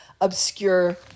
obscure